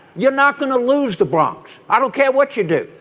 you're not going to lose the bronx. i don't care what you do.